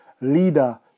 leader